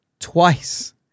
Twice